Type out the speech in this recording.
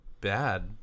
bad